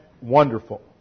wonderful